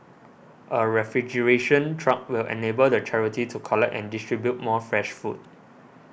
a refrigeration truck will enable the charity to collect and distribute more fresh food